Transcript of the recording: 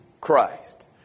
Christ